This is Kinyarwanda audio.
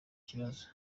kibazo